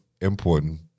important